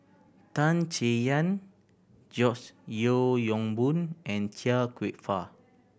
Tan Chay Yan George Yeo Yong Boon and Chia Kwek Fah